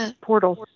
portals